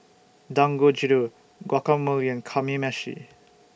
Dangojiru Guacamole Kamameshi